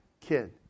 kid